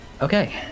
Okay